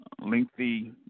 lengthy